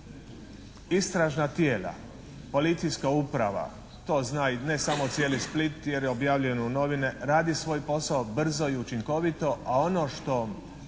istražna tijela policijska uprava to zna i ne samo cijeli Split jer je objavljeno u novine, radi svoj posao brzo i učinkovito, a ono što